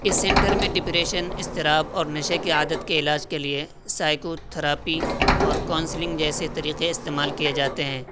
اس centre میں depression اضطراب اور نشے کی عادت کے علاج کے لیے سائکو تھراپی اور کانسلنگ جیسے طریقے استعمال کیے جاتے ہیں